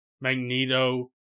Magneto